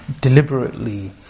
deliberately